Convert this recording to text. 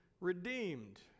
redeemed